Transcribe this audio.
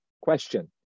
question